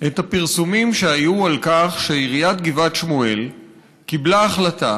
את הפרסומים שהיו על כך שעיריית גבעת שמואל קיבלה החלטה